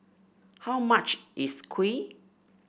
how much is kuih